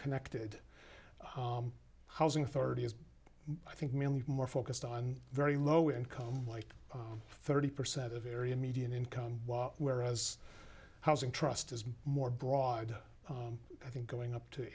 connected housing authority is i think mainly more focused on very low income like thirty percent of area median income whereas housing trust is more broad i think going up to